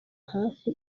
hafi